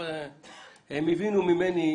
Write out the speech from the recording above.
הם הבינו ממני,